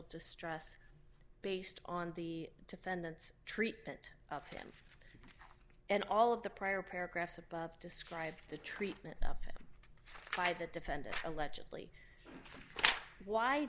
distress based on the defendant's treatment of him and all of the prior paragraphs above described the treatment after five the defendant allegedly why